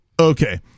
Okay